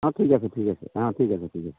অঁ ঠিক আছে ঠিক আছে অঁ ঠিক আছে ঠিক আছে